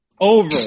over